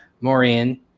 Maureen